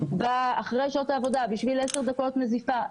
אחרי שעות העבודה בשביל 10 דקות נזיפה?